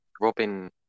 Robin